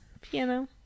piano